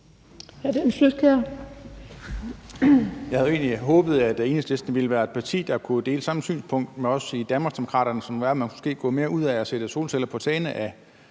Jeg havde egentlig håbet, at Enhedslisten ville være et parti, der kunne dele synspunkt med os i Danmarksdemokraterne, som jo er, at man måske kunne gøre mere ud af at sætte solceller på tagene af